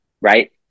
right